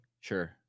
Sure